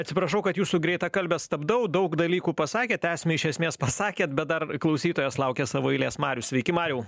atsiprašau kad jūsų greitakalbę stabdau daug dalykų pasakėt esmę iš esmės pasakėt bet dar klausytojas laukia savo eilės marius sveiki mariau